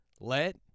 Let